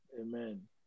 Amen